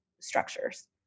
structures